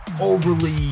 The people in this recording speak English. overly